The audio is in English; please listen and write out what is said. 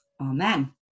Amen